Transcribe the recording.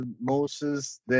Moses